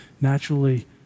naturally